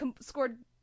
scored